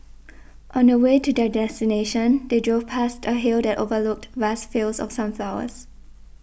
on the way to their destination they drove past a hill that overlooked vast fields of sunflowers